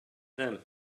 them